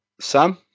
Sam